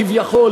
כביכול,